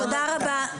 תודה רבה.